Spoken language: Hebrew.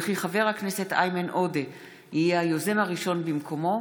וכי חבר הכנסת איימן עודה יהיה היוזם הראשון במקומו.